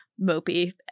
mopey